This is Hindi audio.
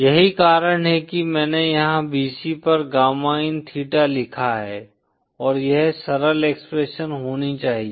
यही कारण है कि मैंने यहाँ bc पर गामा इन थीटा लिखा है और यह सरल एक्सप्रेशन होनी चाहिए